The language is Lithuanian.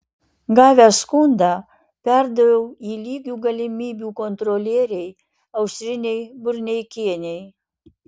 gavęs skundą perdaviau jį lygių galimybių kontrolierei aušrinei burneikienei